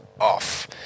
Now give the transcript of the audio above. off